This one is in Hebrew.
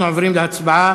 אנחנו עוברים להצבעה.